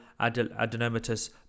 adenomatous